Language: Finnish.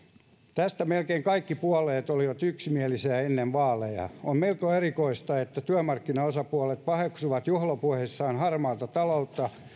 tästä melkein kaikki puolueet olivat yksimielisiä ennen vaaleja on melko erikoista että työmarkkinaosapuolet paheksuvat juhlapuheissaan harmaata taloutta